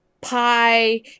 pie